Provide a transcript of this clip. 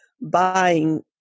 buying